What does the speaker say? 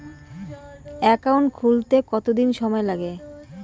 Account খুলতে কতদিন সময় লাগে?